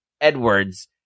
Edwards